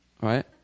right